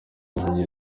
yabonye